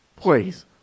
Please